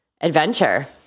adventure